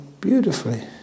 beautifully